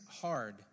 hard